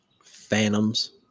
Phantoms